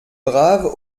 braves